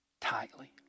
tightly